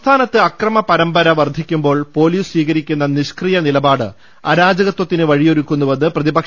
സംസ്ഥാനത്ത് അക്രമ പരമ്പര വർദ്ധിക്കു മ്പോൾ പോലീസ് സ്വീകരിക്കുന്ന നിഷ്ക്രിയ നിലപാട് അരാജകത്പത്തിന് വഴിയൊരുക്കുന്നുവെന്ന് പ്രതിപക്ഷ